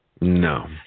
No